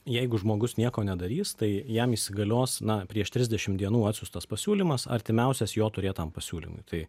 jeigu žmogus nieko nedarys tai jam įsigalios na prieš trisdešim dienų atsiųstas pasiūlymas artimiausias jo turėtam pasiūlymui tai